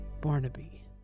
Barnaby